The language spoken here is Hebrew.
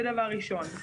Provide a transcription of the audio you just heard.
זה דבר ראשון.